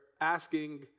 asking